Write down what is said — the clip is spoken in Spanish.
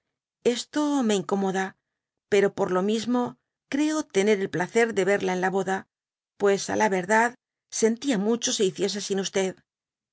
esto me incomoda pro pfxr lo mismo y creo tener el placer de verla en la bpda pues á la verdad sentía mucho se hiciese sin